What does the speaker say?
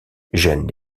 gêne